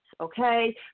Okay